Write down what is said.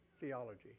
theology